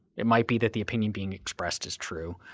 it might be that the opinion being expressed is true,